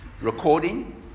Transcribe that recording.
recording